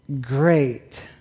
great